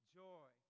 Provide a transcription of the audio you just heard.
joy